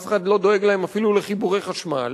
אף אחד לא דואג להם אפילו לחיבורי חשמל,